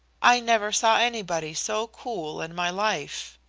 i never saw anybody so cool in my life.